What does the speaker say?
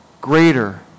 greater